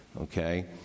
Okay